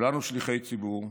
כולנו שליחי ציבור,